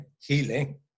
healing